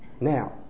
Now